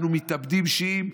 אנחנו מתאבדים שיעים,